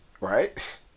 right